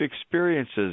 experiences